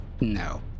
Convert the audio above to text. No